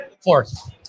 fourth